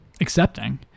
accepting